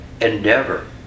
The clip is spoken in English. endeavor